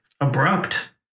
Abrupt